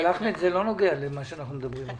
אבל זה לא נוגע למה שאנחנו מדברים עליו.